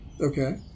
Okay